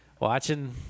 Watching